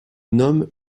nomme